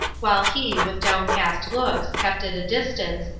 while he, with downcast looks, kept at a distance,